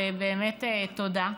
ובאמת תודה.